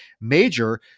major